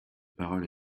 parole